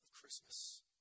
Christmas